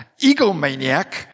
egomaniac